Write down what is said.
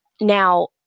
Now